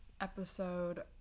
episode